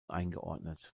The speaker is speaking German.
eingeordnet